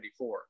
1974